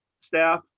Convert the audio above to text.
staff